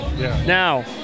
Now